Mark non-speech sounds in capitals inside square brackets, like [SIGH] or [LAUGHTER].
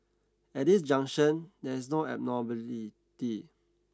at this juncture there is no abnormality [UNINTELLIGIBLE]